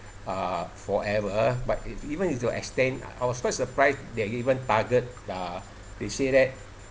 uh forever but even if you extend I was surprised they even target uh they say that